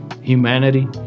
humanity